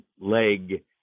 leg